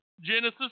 Genesis